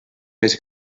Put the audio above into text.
més